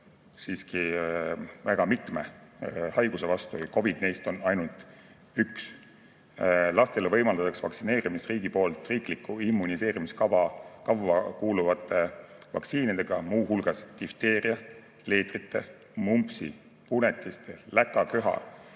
siiski väga mitme haiguse vastu. COVID on neist ainult üks. Lastele võimaldatakse vaktsineerimist riigi poolt riiklikku immuniseerimiskavva kuuluvate vaktsiinidega, muu hulgas difteeria, leetrite, mumpsi, punetiste, läkaköha,